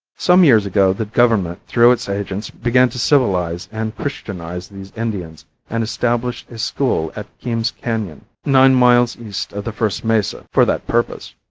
some years ago the government, through its agents, began to civilize and christianize these indians and established a school at keam's canon, nine miles east of the first mesa, for that purpose.